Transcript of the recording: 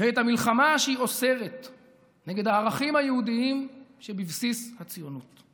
ואת המלחמה שהיא אוסרת על הערכים היהודיים שבבסיס הציונות.